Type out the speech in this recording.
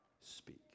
Speak